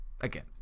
again